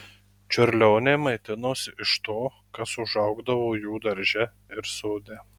čiurlioniai maitinosi iš to kas užaugdavo jų darže ir sode